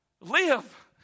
Live